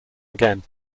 again